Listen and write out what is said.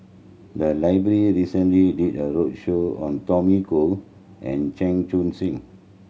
the library recently did a roadshow on Tommy Koh and Chan Chun Sing